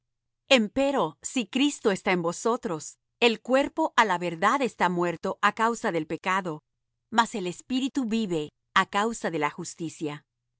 él empero si cristo está en vosotros el cuerpo á la verdad está muerto á causa del pecado mas el espíritu vive á causa de la justicia